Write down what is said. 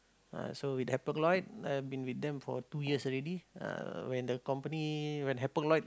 ah so with Hapag-Lloyd I've been with them for two years already uh when the company when Hapag-Lloyd